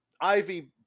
ivy